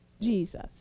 Jesus